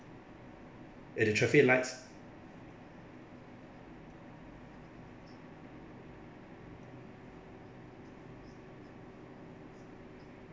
at the traffic lights